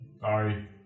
Sorry